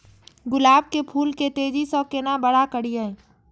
गुलाब के फूल के तेजी से केना बड़ा करिए?